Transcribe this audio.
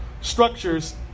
structures